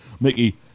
Mickey